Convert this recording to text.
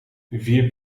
vier